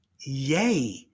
Yay